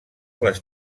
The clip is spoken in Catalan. les